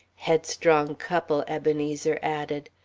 headstrong couple, ebenezer added.